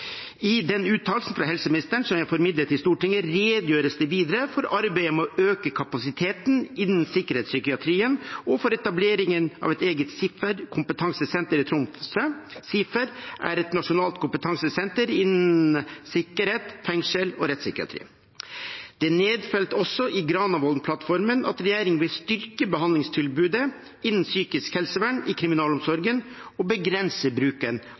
I den uttalelsen fra helseministeren, som jeg formidlet til Stortinget, redegjøres det videre for arbeidet med å øke kapasiteten innen sikkerhetspsykiatrien og for etableringen av et eget SIFER kompetansesenter i Tromsø. SIFER er et nasjonalt kompetansesenter for sikkerhets-, fengsels- og rettspsykiatri. Det er nedfelt også i Granavolden-plattformen at regjeringen vil styrke behandlingstilbudet innen psykisk helsevern i kriminalomsorgen og begrense bruken